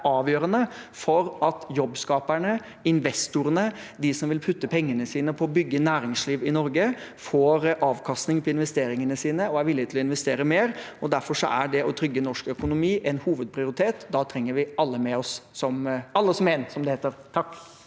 avgjørende for at jobbskaperne, investorene, de som vil putte pengene sine på å bygge næringsliv i Norge, får avkastning på investeringene sine og er villig til å investere mer. Derfor er det å trygge norsk økonomi en hovedprioritet. Da trenger vi alle med oss –